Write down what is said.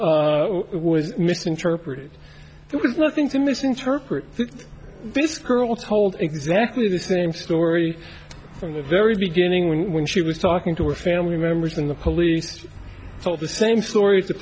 was misinterpreted there was nothing to misinterpret this girl told exactly the same story from the very beginning when she was talking to her family members when the police told the same stories